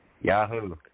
Yahoo